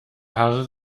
haare